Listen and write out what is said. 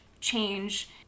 change